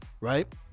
right